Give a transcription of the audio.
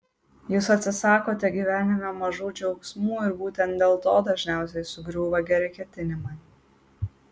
jūs atsisakote gyvenime mažų džiaugsmų ir būtent dėl to dažniausiai sugriūva geri ketinimai